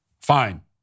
Fine